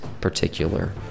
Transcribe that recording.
particular